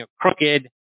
crooked